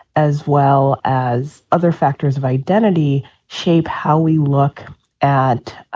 as well as other factors of identity shape, how we look at